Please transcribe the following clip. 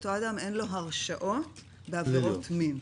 שלאותו אדם אין הרשעות בעבירות מין.